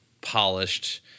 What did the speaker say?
polished